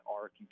arc